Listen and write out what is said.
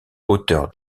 auteur